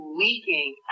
leaking